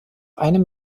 einem